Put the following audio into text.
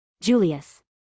Julius